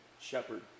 shepherd